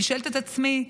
אני שואלת את עצמי ואומרת: